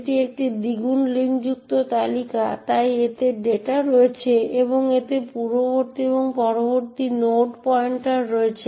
এটি একটি দ্বিগুণ লিঙ্কযুক্ত তালিকা তাই এতে ডেটা রয়েছে এবং এতে পূর্ববর্তী এবং পরবর্তী নোড পয়েন্টার রয়েছে